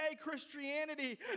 Christianity